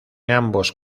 ambos